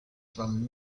from